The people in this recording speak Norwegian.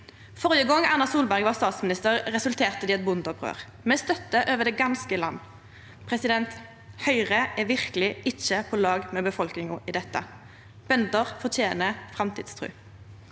Førre gong Erna Solberg var statsminister, resulterte det i eit bondeopprør med støtte over det ganske land. Høgre er verkeleg ikkje på lag med befolkninga i dette. Bønder fortener framtidstru.